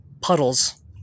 puddles